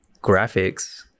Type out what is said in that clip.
graphics